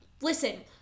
Listen